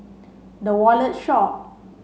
The Wallet Shop